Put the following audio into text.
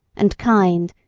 and kind,